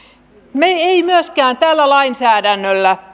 me emme myöskään tällä lainsäädännöllä